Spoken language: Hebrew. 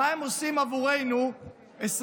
מה הם עושים עבורנו 24/7,